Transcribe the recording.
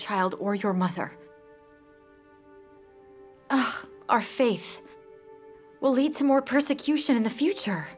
child or your mother our faith will lead to more persecution in the future